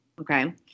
Okay